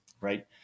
right